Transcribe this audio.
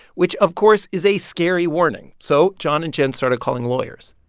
which, of course, is a scary warning, so john and jen started calling lawyers.